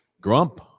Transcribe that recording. grump